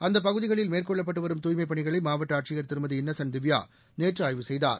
அந்தப் பகுதிகளில் மேற்கொள்ளப்பட்டுவரும் தூய்மைப் பணிகளை மாவட்ட ஆட்சியர் திருமதி இன்னசென்ட் திவ்யா நேற்று ஆய்வு செய்தார்